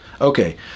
Okay